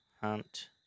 Hunt